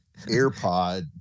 AirPod